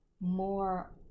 more